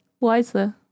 wiser